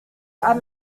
are